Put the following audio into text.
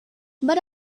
but